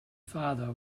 farther